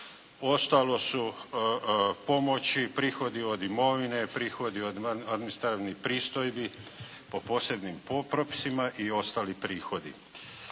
Ostalo su pomoći, prihodi od imovine, prihodi od administrarnih pristojbi po posebnim propisima i ostali prihodi.